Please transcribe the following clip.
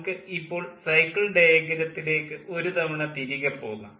നമുക്ക് ഇപ്പോൾ സൈക്കിൾ ഡയഗ്രത്തിലേക്ക് ഒരു തവണ തിരികെ പോകാം